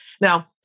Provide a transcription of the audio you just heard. Now